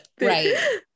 Right